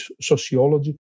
sociology